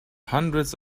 hundreds